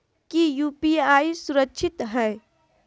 की यू.पी.आई सुरक्षित है?